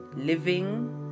living